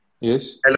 Yes